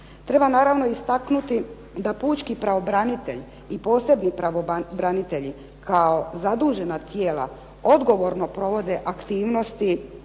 Treba naravno istaknuti da pučki pravobranitelj i posebni pravobranitelji kao zadužena tijela, odgovorno provode aktivnosti